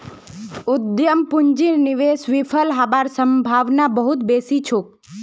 उद्यम पूंजीर निवेश विफल हबार सम्भावना बहुत बेसी छोक